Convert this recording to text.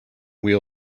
wheel